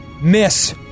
Miss